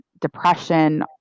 depression